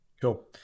Cool